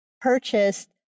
purchased